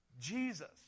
Jesus